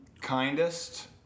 kindest